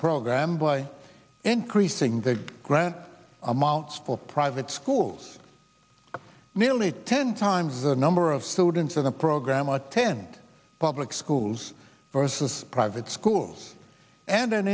program by increasing the grant amounts for private schools nearly ten times the number of students in the program attend public schools versus private schools and an